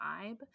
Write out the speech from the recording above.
vibe